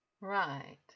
Right